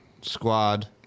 squad